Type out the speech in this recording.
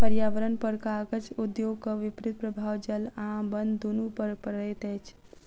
पर्यावरणपर कागज उद्योगक विपरीत प्रभाव जल आ बन दुनू पर पड़ैत अछि